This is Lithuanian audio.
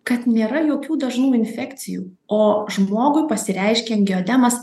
kad nėra jokių dažnų infekcijų o žmogui pasireiškia angioedemas